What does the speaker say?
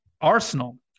Arsenal